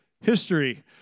history